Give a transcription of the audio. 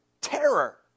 Terror